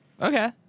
Okay